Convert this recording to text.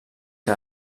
que